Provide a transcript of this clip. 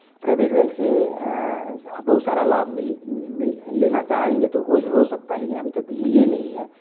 private bank से बहुत सारा लाभ मिल मिल ये लेना चाहेंगे तो हो हो सकता है लेकिन अभी तक लिए नहीं हैं